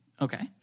Okay